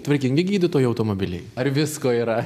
tvarkingi gydytojų automobiliai ar visko yra